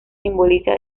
simboliza